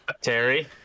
Terry